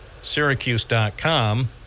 Syracuse.com